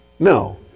No